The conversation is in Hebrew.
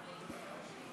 בעיקר בתל אביב,